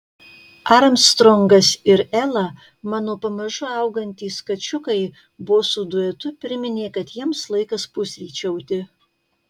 armstrongas ir ela mano pamažu augantys kačiukai bosų duetu priminė kad jiems laikas pusryčiauti